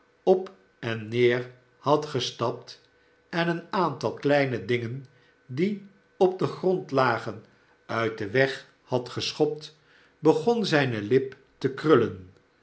op en neer had gestapt en een aantal kleine dingen die op den grond lagen uit den weg had geschopt begon zijne lip te krullen